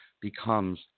becomes